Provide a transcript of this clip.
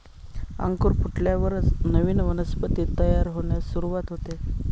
अंकुर फुटल्यावरच नवीन वनस्पती तयार होण्यास सुरूवात होते